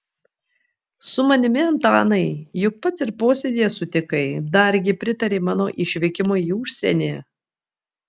su manimi antanai juk pats ir posėdyje sutikai dargi pritarei mano išvykimui į užsienį